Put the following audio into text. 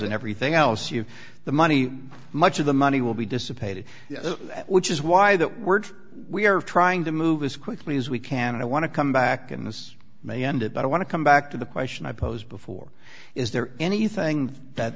and everything else you have the money much of the money will be dissipated which is why that word we are trying to move as quickly as we can and i want to come back and this may end it but i want to come back to the question i posed before is there anything that